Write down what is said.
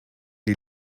die